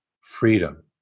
freedom